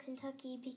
Kentucky